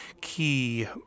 key